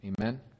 amen